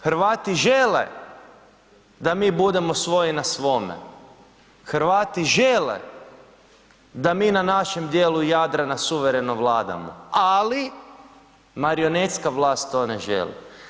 Hrvati žele da mi budemo svoji na svome, Hrvati žele da mi na našem dijelu Jadrana suvereno vladamo, ali marionetska vlast to ne želi.